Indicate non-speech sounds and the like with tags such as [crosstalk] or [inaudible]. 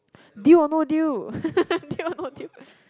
deal or no deal [laughs] deal or no deal [laughs]